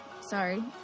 Sorry